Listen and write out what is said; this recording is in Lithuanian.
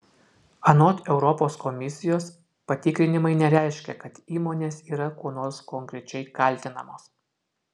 anot europos komisijos patikrinimai nereiškia kad įmonės yra kuo nors konkrečiai kaltinamos